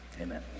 amen